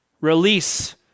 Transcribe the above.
release